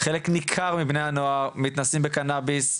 חלק ניכר מבני הנוער מתנסים בקנאביס קצת,